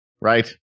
Right